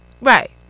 right